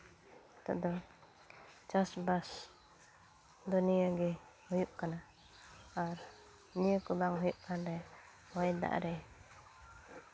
ᱱᱤᱛᱚᱜ ᱫᱚ ᱪᱟᱥᱼᱵᱟᱥ ᱫᱚ ᱱᱤᱭᱟᱹᱜᱮ ᱦᱩᱭᱩᱜ ᱠᱟᱱᱟ ᱟᱨ ᱱᱤᱭᱟᱹ ᱠᱚ ᱵᱟᱝ ᱦᱩᱭᱩᱜ ᱠᱟᱱᱨᱮ ᱦᱚᱭ ᱫᱟᱜ ᱨᱮ